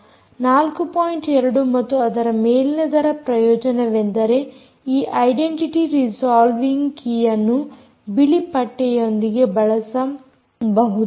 2 ಮತ್ತು ಅದರ ಮೇಲಿನದರ ಪ್ರಯೋಜನವೆಂದರೆ ಈ ಐಡೆಂಟಿಟೀ ರಿಸೋಲ್ವಿಂಗ್ ಕೀಯನ್ನು ಬಿಳಿ ಪಟ್ಟಿಯೊಂದಿಗೆ ಬಳಸಬಹುದು